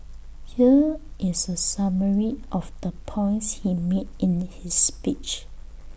here is A summary of the points he made in his speech